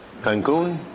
Cancun